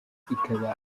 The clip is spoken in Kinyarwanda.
ikaba